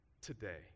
today